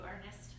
Ernest